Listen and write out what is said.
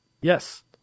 Yes